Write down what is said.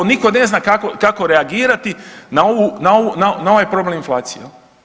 Nitko ne zna kako reagirati na ovaj problem inflacije.